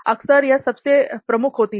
अक्सर वह सबसे प्रमुख होती है